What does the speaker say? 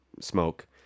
smoke